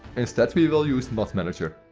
instead we will use mod manager.